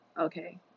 okay